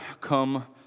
come